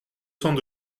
cents